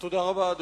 תודה רבה.